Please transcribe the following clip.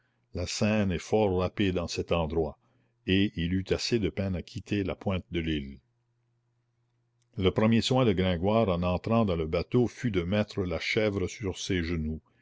la seine est fort rapide en cet endroit et il eut assez de peine à quitter la pointe de l'île le premier soin de gringoire en entrant dans le bateau fut de mettre la chèvre sur ses genoux